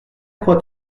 croient